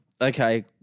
Okay